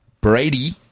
Brady